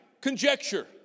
conjecture